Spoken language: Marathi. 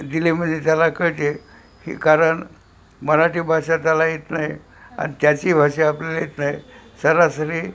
दिली म्हणजे त्याला कळते हे कारण मराठी भाषा त्याला येत नाही आणि त्याची भाषा आपल्याला येत नाही सरासरी